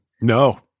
No